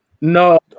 No